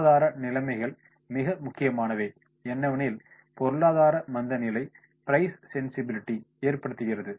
பொருளாதார நிலைமைகள் மிக முக்கியமானவை என்னவெனில் பொருளாதார மந்தநிலை பிரைஸ் சென்சிபிலிட்டி ஏற்படுத்துகிறது